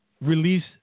release